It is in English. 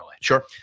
Sure